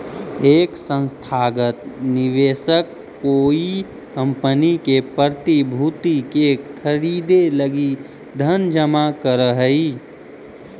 एक संस्थागत निवेशक कोई कंपनी के प्रतिभूति के खरीदे लगी धन जमा करऽ हई